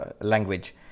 language